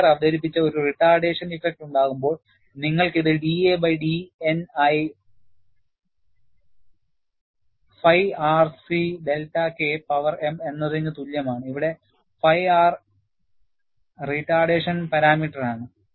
wheeler അവതരിപ്പിച്ച ഒരു retardation effect ഉണ്ടാകുമ്പോൾ നിങ്ങൾക്ക് ഇത് da ബൈ d N ആയി phi R C delta K power m എന്നതിന് തുല്യമാണ് ഇവിടെ ഫൈ R റിട്ടാർഡേഷൻ പാരാമീറ്ററാണ്